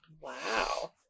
wow